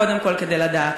קודם כול כדי לדעת.